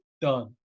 done